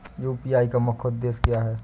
UPI का मुख्य उद्देश्य क्या है?